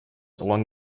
along